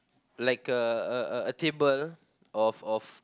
like a a a table of of